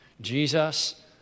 Jesus